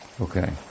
Okay